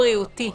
בריאותי.